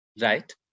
right